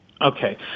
Okay